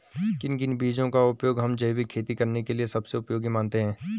किन किन बीजों का उपयोग हम जैविक खेती करने के लिए सबसे उपयोगी मानते हैं?